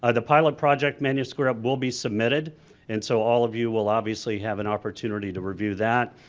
ah the pilot project manuscript will be submitted and so all of you will obviously have an opportunity to review that.